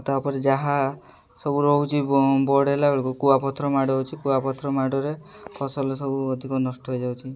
ତା'ପରେ ଯାହା ସବୁ ରହୁଛି ବଡ଼ ହେଲା ବେଳକୁ କୁଆପଥର ମାଡ଼ ହେଉଛି କୁଆପଥର ମାଡ଼ରେ ଫସଲ ସବୁ ଅଧିକ ନଷ୍ଟ ହେଇଯାଉଛି